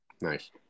Nice